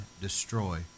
destroy